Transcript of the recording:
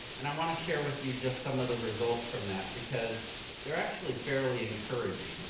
and i wanna share with you just some of the results from that because they're actually fairly encouraging.